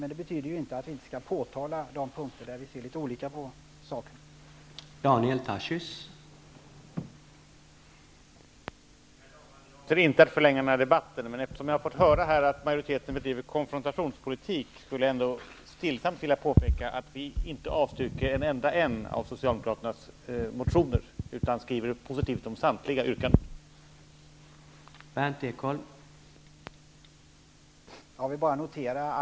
Men det betyder inte att vi inte skall påtala de punkter där vi har litet olika syn på saker och ting.